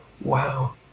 Wow